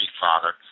Father